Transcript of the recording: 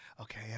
okay